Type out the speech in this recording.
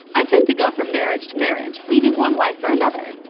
i tend to go from marriage to marriage, leaving one wife for another.